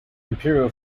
imperial